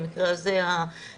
במקרה הזה האוטיסטים,